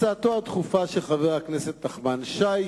זו הצעתו הדחופה של חבר הכנסת נחמן שי,